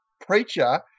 preacher